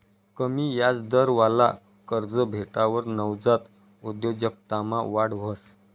कमी याजदरवाला कर्ज भेटावर नवजात उद्योजकतामा वाढ व्हस